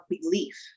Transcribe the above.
belief